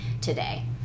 today